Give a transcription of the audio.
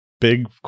Big